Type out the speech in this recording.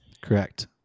Correct